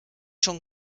schon